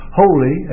holy